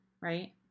right